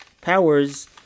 powers